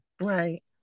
right